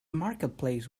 marketplace